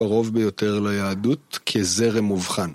קרוב ביותר ליהדות כזרם מובחן